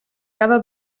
cada